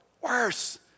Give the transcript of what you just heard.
Worse